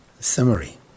Summary